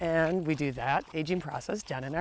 and we do that aging process down in